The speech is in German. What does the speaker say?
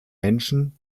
menschen